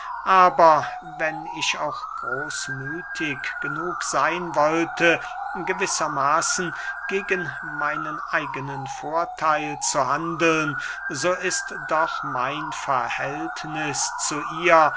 aber wenn ich auch großmüthig genug seyn wollte gewisser maßen gegen meinen eigenen vortheil zu handeln so ist doch mein verhältniß zu ihr